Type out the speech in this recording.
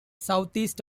southeast